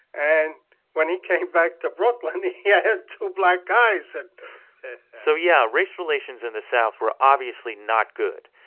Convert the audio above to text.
and when he came back to brooklyn, he yeah had two black eyes and so yeah, race relations in the south were obviously not good,